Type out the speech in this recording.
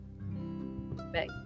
Back